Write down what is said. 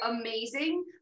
amazing